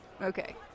Okay